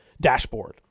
dashboard